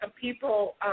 people